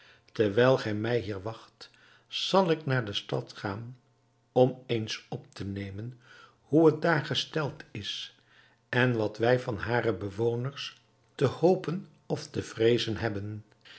terwijl gij mij hier wacht zal ik naar de stad gaan om eens op te nemen hoe het daar gesteld is en wat wij van hare bewoners te hopen of te vreezen hebben